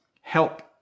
help